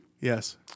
Yes